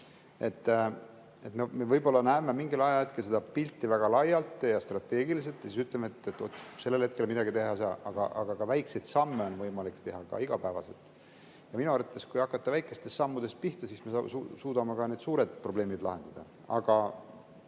ka kaasa. Me näeme mingil ajahetkel seda pilti väga laialt ja strateegiliselt ja siis ütleme, et sellel hetkel midagi teha ei saa. Aga ka väikseid samme on võimalik teha igapäevaselt. Minu arvates, kui hakata väikestest sammudest pihta, siis me suudame ka need suured probleemid lahendada. Aga